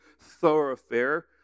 thoroughfare